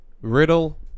Riddle